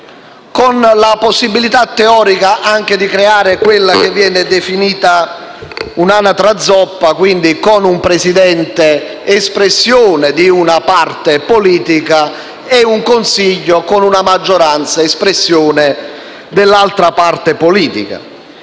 con la possibilità teorica anche di creare quella che viene definita un'anatra zoppa, con un presidente espressione di una parte politica e una maggioranza in Consiglio espressione dell'altra parte politica.